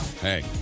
Hey